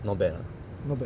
not bad ah